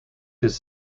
his